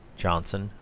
johnson,